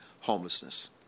homelessness